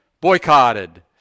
boycotted